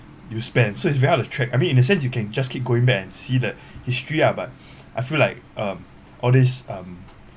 you spend so it's very hard to track I mean in a sense you can just keep going back and see the history ah but I feel like um all these um